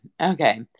okay